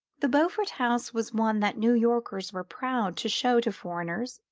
the beaufort house was one that new yorkers were proud to show to foreigners,